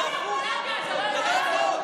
כשזה הפוך.